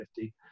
50